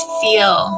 feel